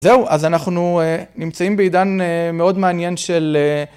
זהו, אז אנחנו נמצאים בעידן מאוד מעניין של...